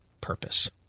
purpose